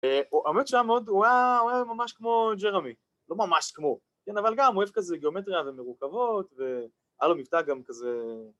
אה... ‫האמת שהיה מאוד... ‫הוא היה ממש כמו ג'רמי. ‫לא ממש כמו. ‫-כן, אבל גם, ‫הוא אוהב כזה גיאומטריה ומרוכבות, ‫והיה לו מבטא גם כזה...